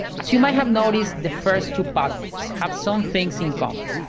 as you might have noticed, the first two patterns have some things in common.